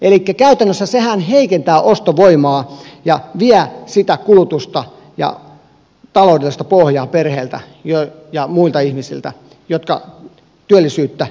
elikkä käytännössä sehän heikentää ostovoimaa ja vie perheiltä ja muilta ihmisiltä sitä kulutusta ja taloudellista pohjaa perheeltä jäi ja muita ihmisiltä jotka työllisyyttä lisäisivät